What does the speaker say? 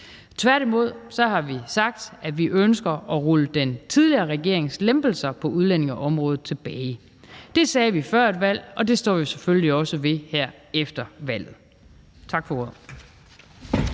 Tværtimod har vi sagt, at vi ønsker at rulle den tidligere regerings lempelser på udlændingeområdet tilbage. Det sagde vi før valget, og det står vi selvfølgelig også ved her efter valget. Tak for ordet.